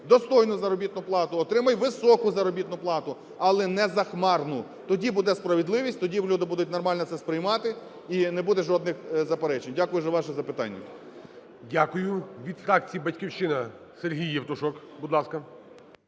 достойну заробітну плату, отримуй високу заробітну плату, але незахмарну. Тоді буде справедливість, тоді люди будуть нормально це сприймати, і не буде жодних заперечень. Дякую за ваше запитання. ГОЛОВУЮЧИЙ. Дякую. Від фракції "Батьківщина" Сергій Євтушок, будь ласка.